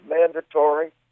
mandatory